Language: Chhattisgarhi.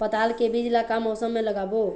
पताल के बीज ला का मौसम मे लगाबो?